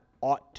ought